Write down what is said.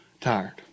tired